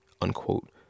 unquote